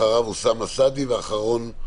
אחריו אוסאמה סעדי, ואחרון.